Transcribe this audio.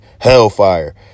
Hellfire